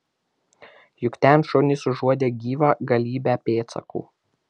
juk ten šunys užuodė gyvą galybę pėdsakų